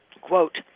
Quote